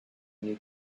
new